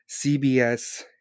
CBS